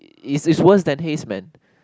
is is worst that haze man